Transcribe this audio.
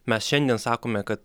mes šiandien sakome kad